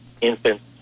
infants